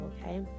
okay